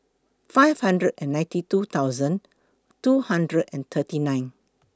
five hundred and ninety two thousand two hundred and thirty nine